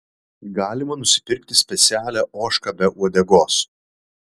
galima nusipirkti specialią ožką be uodegos